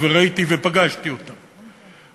וראיתי ופגשתי אותם,